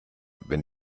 wenn